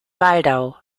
waldau